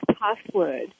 password